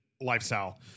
Lifestyle